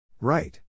Right